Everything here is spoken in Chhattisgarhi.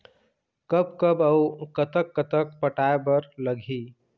कब कब अऊ कतक कतक पटाए बर लगही